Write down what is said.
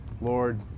Lord